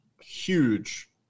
huge